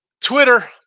Twitter